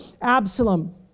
Absalom